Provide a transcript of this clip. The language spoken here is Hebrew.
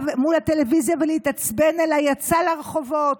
מול הטלוויזיה ולהתעצבן אלא יצא לרחובות,